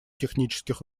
технических